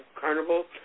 carnival